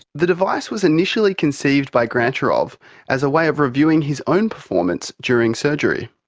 the device was initially conceived by grantcharov as a way of reviewing his own performance during surgery.